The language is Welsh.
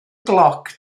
gloc